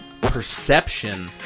perception